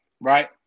right